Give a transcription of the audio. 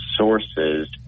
sources